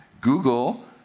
Google